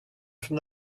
from